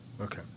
Okay